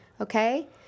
Okay